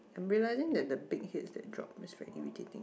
I'm realising that the big head they drop is quite irritating